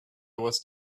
was